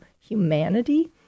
humanity